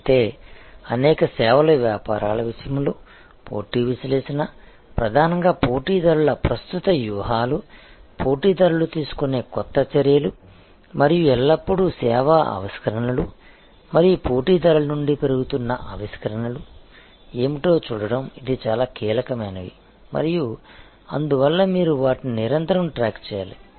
అయితే అనేక సేవల వ్యాపారాల విషయంలో పోటీ విశ్లేషణ ప్రధానంగా పోటీదారుల ప్రస్తుత వ్యూహాలు పోటీదారులు తీసుకునే కొత్త చర్యలు మరియు ఎల్లప్పుడూ సేవా ఆవిష్కరణలు మరియు పోటీదారుల నుండి పెరుగుతున్న ఆవిష్కరణలు ఏమిటో చూడటం ఇది చాలా కీలకమైనవి మరియు అందువల్ల మీరు వాటిని నిరంతరం ట్రాక్ చేయాలి